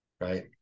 right